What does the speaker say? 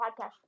podcast